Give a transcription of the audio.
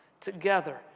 together